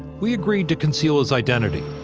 we agreed to conceal his identity.